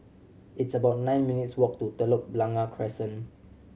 it's about nine minutes' walk to Telok Blangah Crescent